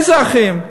איזה אחים?